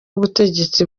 ubutegetsi